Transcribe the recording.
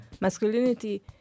masculinity